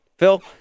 Phil